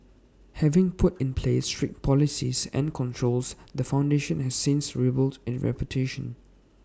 having put in place strict policies and controls the foundation has since rebuilt its reputation